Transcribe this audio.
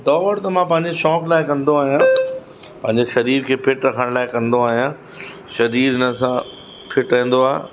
दौड़ त मां पंहिंजे शौक़ु लाइ कंदो आहियां पंहिंजे शरीर खे फिट रखण लाइ कंदो आहियां शरीर इन सां फिट रहंदो आहे